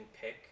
pick